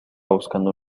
buscando